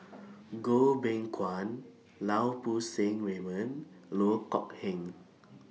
Goh Beng Kwan Lau Poo Seng Raymond Loh Kok Heng